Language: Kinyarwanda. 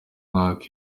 myaka